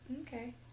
Okay